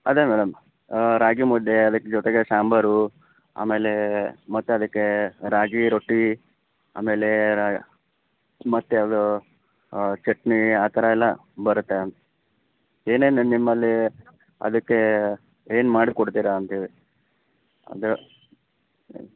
ಅದೇ ಮೇಡಮ್ ರಾಗಿ ಮುದ್ದೆ ಅದ್ಕೆ ಜೊತೆಗೆ ಸಾಂಬಾರು ಆಮೇಲೆ ಮತ್ತದಕ್ಕೆ ರಾಗಿ ರೊಟ್ಟಿ ಆಮೇಲೆ ರಾ ಮತ್ತು ಯಾವುದು ಚಟ್ನಿ ಆ ಥರ ಎಲ್ಲ ಬರುತ್ತಾ ಏನೇನು ನಿಮ್ಮಲ್ಲಿ ಅದಕ್ಕೆ ಏನು ಮಾಡಿಕೊಡ್ತೀರಾ ಅಂತ ಹೇಳಿ ಅದು